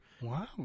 Wow